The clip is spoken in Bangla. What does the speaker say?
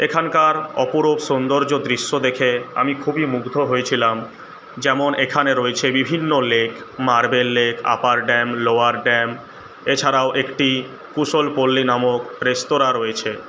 এখানকার অপরুপ সৌন্দর্য দৃশ্য দেখে আমি খুবই মুগ্ধ হয়েছিলাম যেমন এখানে রয়েছে বিভিন্ন lake marble lake upper dam lower dam এছাড়াও একটি কুশলপল্লী নামক রেস্তোরাঁ রয়েছে